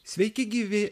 sveiki gyvi